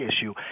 issue